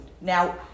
Now